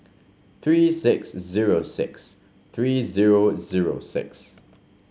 three six zero six three zero zero six